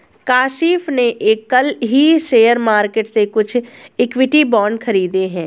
काशिफ़ ने कल ही शेयर मार्केट से कुछ इक्विटी बांड खरीदे है